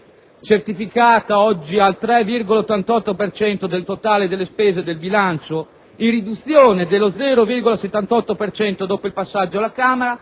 certificata oggi al 3,88 per cento del totale delle spese del bilancio, in riduzione dello 0,78 per cento dopo il passaggio alla Camera,